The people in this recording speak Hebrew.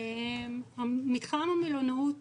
מתחם המלונאות